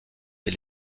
des